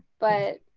but